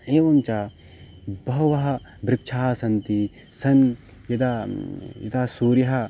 एवञ्च बहवः वृक्षाः सन्ति सन् यदा यथा सूर्यः